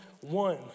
one